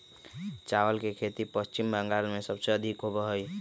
चावल के खेती पश्चिम बंगाल में सबसे अधिक होबा हई